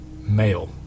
male